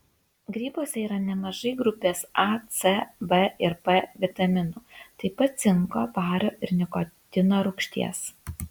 grybuose yra nemažai grupės a c b ir p vitaminų taip pat cinko vario ir nikotino rūgšties